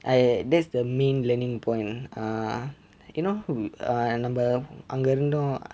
I that's the main learning point uh you know err நாமே அங்கே இருந்தோம்:naame ange irunthom